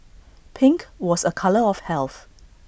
pink was A colour of health